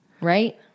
right